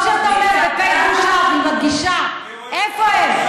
טוב שאתה, איפה הם?